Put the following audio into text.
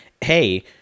hey